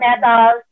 medals